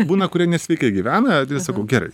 būna kurie nesveikai gyvena sakau gerai